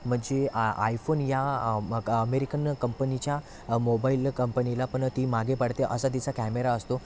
म्हणजे आ आयफोन या अमेरिकन कंपनीच्या मोबाईल कंपनीला पण ती मागे पाडते असा तिचा कॅमेरा असतो